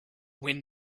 wind